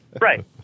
Right